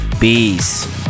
Peace